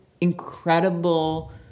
incredible